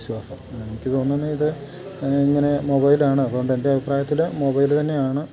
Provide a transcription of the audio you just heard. വിശ്വാസം എനിക്ക് തോന്നുന്നത് ഇത് ഇങ്ങനെ മൊബൈലാണ് അതുകൊണ്ട് എൻ്റെ അഭിപ്രായത്തില് മൊബൈല് തന്നെയാണ്